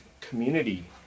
community